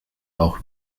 auch